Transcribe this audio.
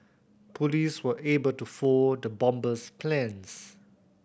police were able to foil the bomber's plans